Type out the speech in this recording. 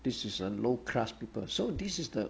this is a low class people so this is the